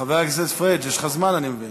חבר הכנסת פריג', יש לך זמן, אני מבין.